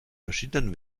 verschiedenen